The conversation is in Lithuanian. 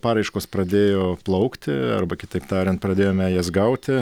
paraiškos pradėjo plaukti arba kitaip tariant pradėjome jas gauti